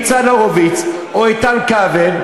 ניצן הורוביץ או איתן כבל,